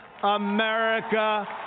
America